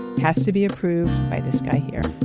has to be approved by this guy here,